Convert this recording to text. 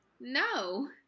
No